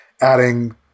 adding